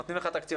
נותנים לך תקציב,